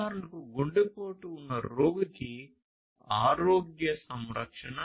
ఉదాహరణకు గుండెపోటు ఉన్న రోగికి ఆరోగ్య సంరక్షణ